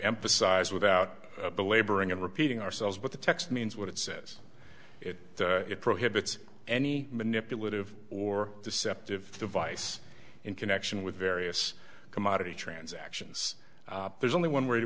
emphasize without belaboring and repeating ourselves but the text means what it says it prohibits any manipulative or deceptive device in connection with various commodity transactions there's only one way to